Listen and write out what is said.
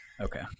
Okay